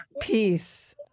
Peace